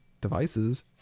devices